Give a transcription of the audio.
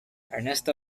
ernesto